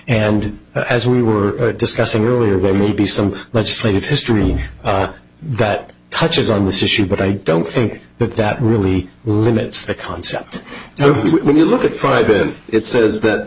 and as we were discussing earlier there may be some legislative history that touches on this issue but i don't think that that really limits the concept so when you look at five it it says that